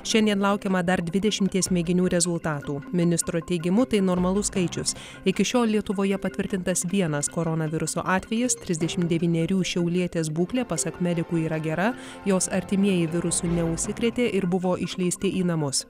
šiandien laukiama dar dvidešimties mėginių rezultatų ministro teigimu tai normalus skaičius iki šiol lietuvoje patvirtintas vienas koronaviruso atvejis trisdešimt devynerių šiaulietės būklė pasak medikų yra gera jos artimieji virusu neužsikrėtė ir buvo išleisti į namus